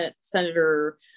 Senator